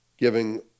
Giving